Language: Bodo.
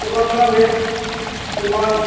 गोबां नांगोन गोबां